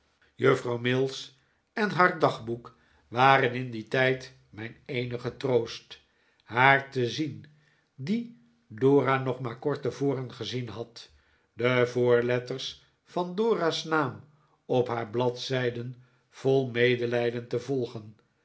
juffrouw mills en haar dagboek waren in dien tijd mijn eenige troost haar te zien die dora nog maar kort tevoren gezien had de voorletters van dora's naam op haar bladzijden vol medelijden te volgen